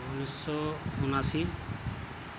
انّیس سو اناسی